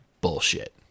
bullshit